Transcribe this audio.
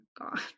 god